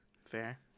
Fair